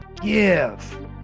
give